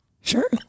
Sure